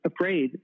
afraid